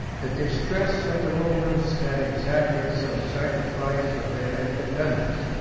the distress of the romans had exacted some sacrifice of their independence.